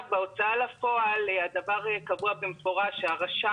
בהוצאה לפועל הדבר קבוע במפורש: שהרשם